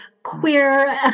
queer